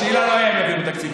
השאלה לא הייתה אם יעבירו תקציב.